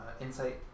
insight